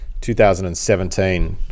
2017